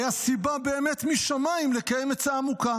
"הייתה סיבה באמת משמיים לקיים עצה עמוקה